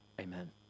amen